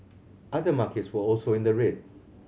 other markets were also in the red